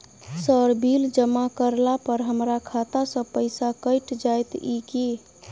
Sir bill जमा करला पर हमरा खाता सऽ पैसा कैट जाइत ई की?